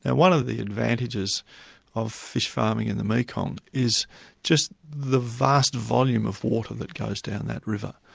and one of the advantages of fish farming in the mekong is just the vast volume of water that goes down that river,